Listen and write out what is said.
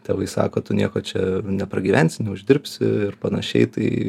tėvai sako tu nieko čia nepragyvensi neuždirbsi ir panašiai tai